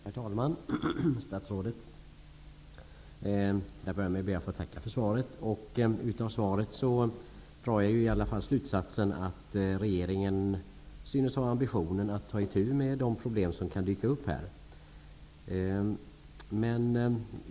Herr talman! Statsrådet! Jag börjar med att tacka för svaret. Av svaret drar jag i alla fall slutsatsen att regeringen synes ha ambitionen att ta itu med de problem som kan dyka upp i detta sammanhang.